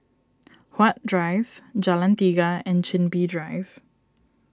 Huat Drive Jalan Tiga and Chin Bee Drive